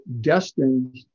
destined